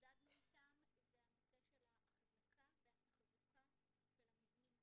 התמודדנו איתם זה הנושא של האחזקה והתחזוקה של המבנים עצמם.